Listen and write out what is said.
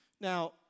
Now